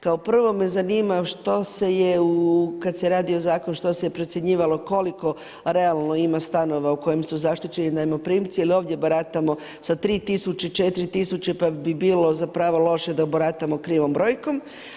Kao prvo me zanima, što se je kada se radio zakon što se procjenjivalo koliko realno ima stanova u kojem su zaštićeni najmoprimci jel ovdje baratamo sa 3000, 4000 pa bi bilo loše da baratamo krivom brojkom.